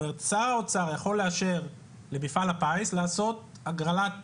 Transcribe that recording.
שר האוצר יכול לאשר למפעל הפיס לעשות הגרלת